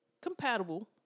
compatible